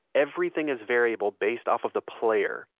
everything is variable based off of the player,